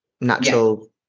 natural